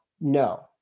No